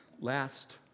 Last